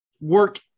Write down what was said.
work